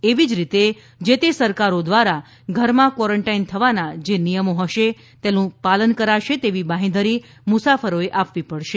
એવી જ રીતે જે તે સરકારો દ્વારા ઘરમાં ક્વોરન્ટાઈન થવાના જે નિયમો હશે તેનું પાલન કરાશે એવી બાંહેધરી મુસાફરોએ આપવી પડશે